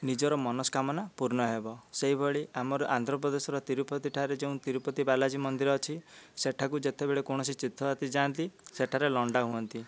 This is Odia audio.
ନିଜର ମନସ୍କାମନା ପୂର୍ଣ୍ଣ ହେବ ସେହିଭଳି ଆମର ଆନ୍ଧ୍ରପ୍ରଦେଶର ତିରୁପତି ଠାରେ ଯେଉଁ ତିରୁପତି ବାଲାଜୀ ମନ୍ଦିର ଅଛି ସେଠାକୁ ଯେତେବେଳେ କୌଣସି ତୀର୍ଥଯାତ୍ରୀ ଯାଆନ୍ତି ସେଠାରେ ଲଣ୍ଡା ହୁଅନ୍ତି